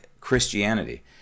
Christianity